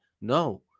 No